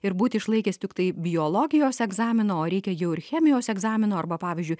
ir būti išlaikęs tiktai biologijos egzamino o reikia jau ir chemijos egzamino arba pavyzdžiui